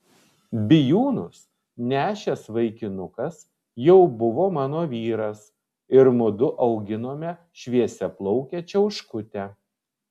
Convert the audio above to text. bijūnus nešęs vaikinukas jau buvo mano vyras ir mudu auginome šviesiaplaukę čiauškutę